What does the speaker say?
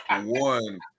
One